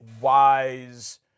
wise